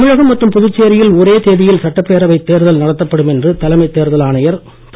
தமிழகம் மற்றும் புதுச்சேரியில் ஒரே தேதியில் சட்டப்பேரவை தேர்தல் நடத்தப்படும் என்று தலைமை தேர்தல் ஆணையர் திரு